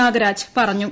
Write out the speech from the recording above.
നാഗരാജ് പറഞ്ഞു